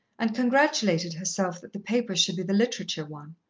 and congratulated herself that the paper should be the literature one.